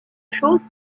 choses